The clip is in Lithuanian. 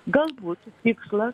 galbūt tikslas